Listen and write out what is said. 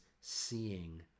seeing